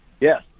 Yes